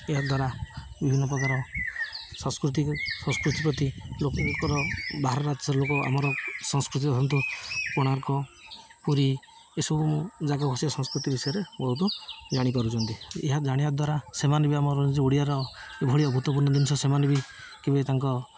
ଏହାଦ୍ୱାରା ବିଭିନ୍ନ ପ୍ରକାର ସଂସ୍କୃତି ସଂସ୍କୃତି ପ୍ରତି ଲୋକଙ୍କର ବାହାର ରାଜ୍ୟର ଲୋକ ଆମର ସଂସ୍କୃତି ହଅନ୍ତୁ କୋଣାର୍କ ପୁରୀ ଏସବୁ ଜାଗା ବସିବା ସଂସ୍କୃତି ବିଷୟରେ ବହୁତ ଜାଣିପାରୁଛନ୍ତି ଏହା ଜାଣିବା ଦ୍ୱାରା ସେମାନେ ବି ଆମର ଓଡ଼ିଆର ଏଭଳିଆ ଗୁରୁତ୍ୱପୂର୍ଣ୍ଣ ଜିନିଷ ସେମାନେ ବି କେବେ ତାଙ୍କ